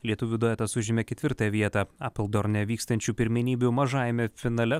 lietuvių duetas užėmė ketvirtą vietą apildorne vykstančių pirmenybių mažajame finale